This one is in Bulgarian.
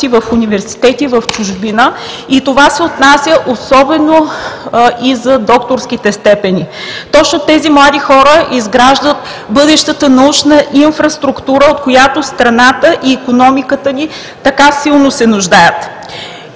в университети в чужбина – това се отнася особено за докторските степени. Точно тези млади хора изграждат бъдещата научна инфраструктура, от която страната и икономиката ни така силно се нуждаят.